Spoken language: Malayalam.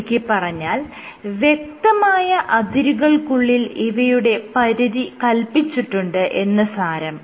ചുരുക്കിപ്പറഞ്ഞാൽ വ്യക്തമായ അതിരുകൾക്കുള്ളിൽ ഇവയുടെ പരിധി കൽപിച്ചിട്ടുണ്ട് എന്ന് സാരം